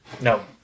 No